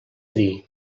dir